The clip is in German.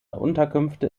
unterkünfte